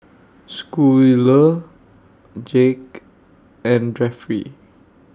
Schuyler Jake and Jeffrey